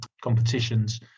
competitions